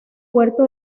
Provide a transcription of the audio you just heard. puerto